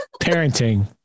Parenting